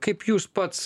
kaip jūs pats